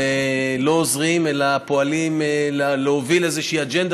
ולא עוזרים אלא פועלים להוביל איזושהי אג'נדה